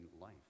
life